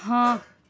ہاں